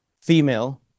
female